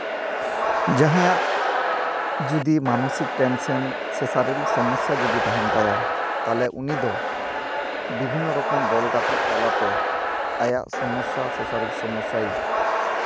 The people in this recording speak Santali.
ᱡᱟᱦᱟᱸᱭᱟᱜ ᱡᱩᱫᱤ ᱢᱟᱱᱚᱥᱤᱠ ᱴᱮᱱᱥᱮᱱ ᱥᱮ ᱥᱟᱨᱤᱨᱤᱠ ᱥᱚᱢᱚᱥᱥᱟ ᱡᱩᱫᱤ ᱛᱟᱦᱮᱱ ᱛᱟᱭᱟ ᱛᱟᱦᱚᱞᱮ ᱩᱱᱤ ᱫᱚ ᱵᱤᱵᱷᱤᱱᱱᱚ ᱨᱚᱠᱚᱢ ᱵᱚᱞ ᱜᱟᱛᱮ ᱛᱟᱞᱟᱛᱮ ᱟᱭᱟᱜ ᱥᱚᱢᱚᱥᱥᱟ ᱥᱮ ᱥᱟᱨᱤᱨᱤᱠ ᱥᱚᱢᱚᱥᱥᱟᱭ